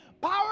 power